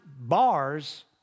bars